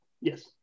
Yes